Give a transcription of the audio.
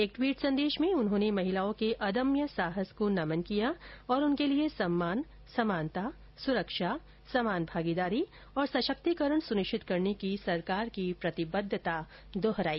एक ट्वीट संदेश में उन्होंने महिलाओं के अदम्य साहस को नमन किया और उनके लिए सम्मान समानता सुरक्षा समान भागीदारी और सशक्तीकरण सुनिश्चित करने की सरकार की प्रतिबद्धता दोहराई